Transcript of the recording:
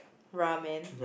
ramen